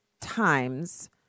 Times